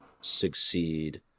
succeed –